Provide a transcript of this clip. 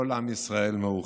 כל עם ישראל מאוחד,